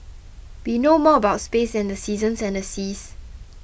we know more about space than the seasons and the seas